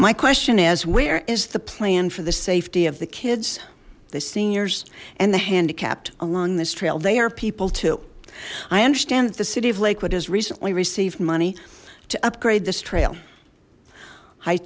my question is where is the plan for the safety of the kids the seniors and the handicapped along this trail they are people too i understand that the city of lakewood has recently received money to upgrade this trail